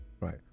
Right